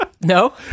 No